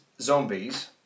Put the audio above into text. zombies